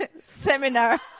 seminar